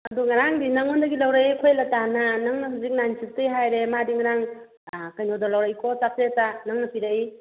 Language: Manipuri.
ꯑꯗꯣ ꯉꯔꯥꯡꯗꯤ ꯅꯉꯣꯟꯗꯒꯤ ꯂꯧꯔꯛꯑꯦ ꯑꯩꯈꯣꯏ ꯂꯇꯥꯅ ꯅꯪꯅ ꯍꯧꯖꯤꯛ ꯅꯥꯏꯟ ꯐꯤꯞꯇꯤ ꯍꯥꯏꯔꯦ ꯃꯥꯗꯤ ꯉꯔꯥꯡ ꯑꯥ ꯀꯩꯅꯣꯗ ꯂꯧꯔꯛꯏꯀꯣ ꯆꯥꯇ꯭ꯔꯦꯠꯇ ꯅꯪꯅ ꯄꯤꯔꯛꯏ